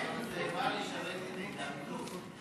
זה בא לשרת את עידן פלוס,